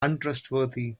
untrustworthy